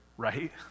right